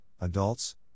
adults